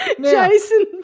Jason